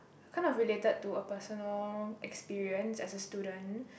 kind of related to a personal experience as a student